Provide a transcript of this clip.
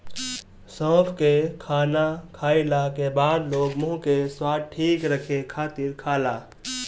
सौंफ के खाना खाईला के बाद लोग मुंह के स्वाद ठीक रखे खातिर खाला